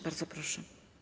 Bardzo proszę.